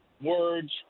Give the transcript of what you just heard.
words